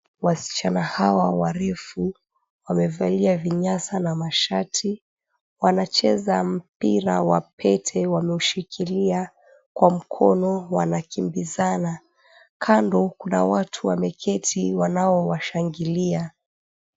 Wasichana hawa warefu wamevalia vinyasa na mashati. Wanacheza mpira wa pete wameushikilia kwa mkono wanakimbizana. Kando kuna watu wameketi wanaowashangilia.